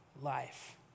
life